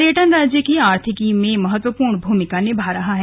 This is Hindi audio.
पर्यटन राज्य की आर्थिकी में महत्वपूर्ण भूमिका निभा रहा है